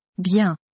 Bien